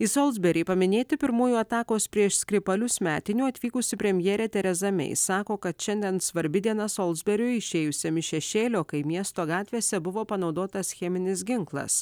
į solsberį paminėti pirmųjų atakos prieš skripalius metinių atvykusi premjerė tereza mei theresa maysako kad šiandien svarbi diena solsberiui išėjusiam iš šešėlio kai miesto gatvėse buvo panaudotas cheminis ginklas